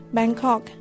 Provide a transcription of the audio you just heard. Bangkok